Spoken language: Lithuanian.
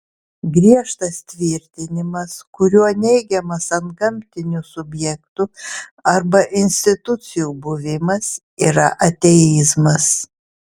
griežtas tvirtinimas kuriuo neigiamas antgamtinių subjektų arba institucijų buvimas yra ateizmas